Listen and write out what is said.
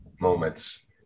moments